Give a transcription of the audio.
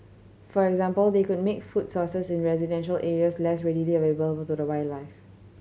for example they could make food sources in residential areas less readily available to the wildlife